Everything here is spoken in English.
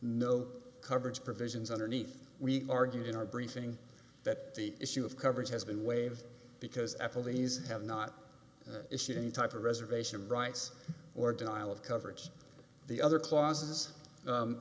no coverage provisions underneath we argued in our briefing that the issue of coverage has been waived because f l these have not issued any type of reservation rights or denial of coverage the other clauses